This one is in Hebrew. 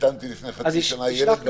לפני חצי שנה חיתנתי ילד,